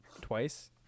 twice